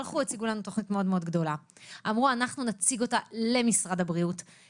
ואנחנו לא ניתן לזה לקרות.